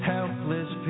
Helpless